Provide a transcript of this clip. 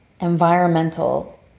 environmental